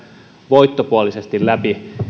voittopuolisesti läpi